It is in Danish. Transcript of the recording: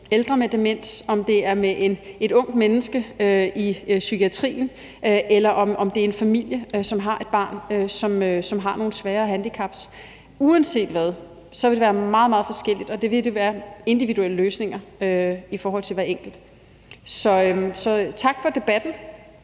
ældre med demens, om det er med et ungt menneske i psykiatrien, eller om det er med en familie, som har et barn, der har nogle svære handicap. Uanset hvad, vil det være meget, meget forskelligt, og der vil være individuelle løsninger i forhold til hver enkelt. Så tak for debatten,